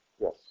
Yes